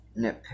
nitpick